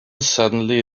suddenly